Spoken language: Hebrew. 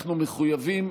אנחנו מחויבים.